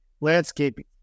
landscaping